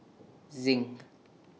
Zinc